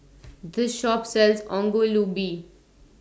This Shop sells Ongol Ubi